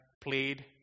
played